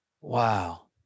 Wow